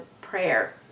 prayer